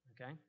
Okay